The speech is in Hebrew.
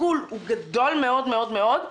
התסכול גדול מאוד מאוד מאוד.